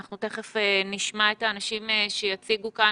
ותכף נשמע את האנשים שיציגו כאן,